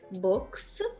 books